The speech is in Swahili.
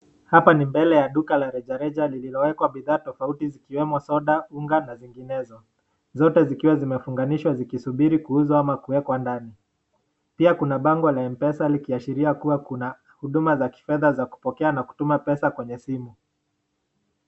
Hapa ni mbele ya duka la rejareja lilowekwa bidhaa tofauti zikiwemo, soda, unga, na zinginezo huku zote zikiwa zimefunganishwa ama kuwekwa ndani pia kuna bango la empesa, likiashiria kuwa kuna huduma la kifedha, la kupokea na kutuma fedha kwenye simu.